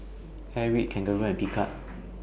Airwick Kangaroo and Picard